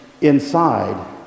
inside